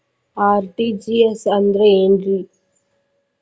RTGS ಅಂದ್ರ ಏನ್ರಿ?